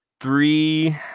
three